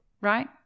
right